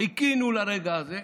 חיכינו לרגע הזה.